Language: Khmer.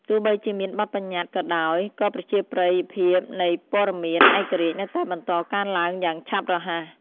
ទោះបីជាមានបទប្បញ្ញត្តិក៏ដោយ ក៏ប្រជាប្រិយភាពនៃព័ត៌មានឯករាជ្យនៅតែបន្តកើនឡើងយ៉ាងឆាប់រហ័ស។